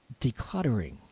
decluttering